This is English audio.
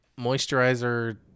moisturizer